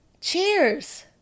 Cheers